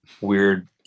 weird